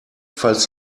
falls